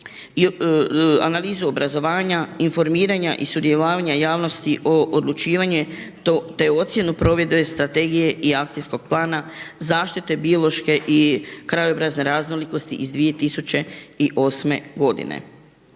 analizu obrazovanja, informiranja i sudjelovanja javnosti o odlučivanju, te ocjenu provedbe strategije i akcijskog plana, zaštite biološke i krajobrazne raznolikosti iz 2008. godine.